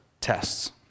tests